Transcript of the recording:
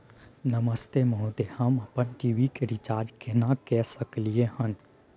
नमस्ते महोदय, हम अपन टी.वी के रिचार्ज केना के सकलियै हन?